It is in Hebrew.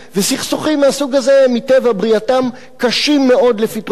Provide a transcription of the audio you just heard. וסכסוכים מהסוג הזה מטבע בריאתם קשים מאוד לפתרון.